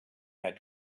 had